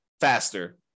faster